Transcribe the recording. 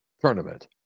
tournament